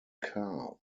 car